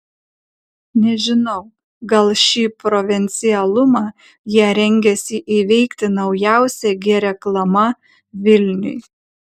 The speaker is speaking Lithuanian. nežinau gal šį provincialumą jie rengiasi įveikti naujausia g reklama vilniui